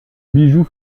bijou